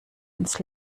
ins